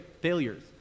failures